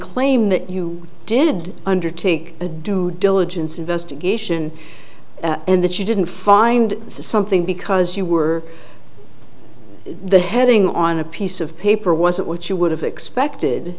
claim that you did undertake a due diligence investigation and that you didn't find something because you were the heading on a piece of paper wasn't what you would have expected